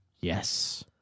Yes